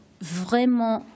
vraiment